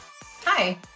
Hi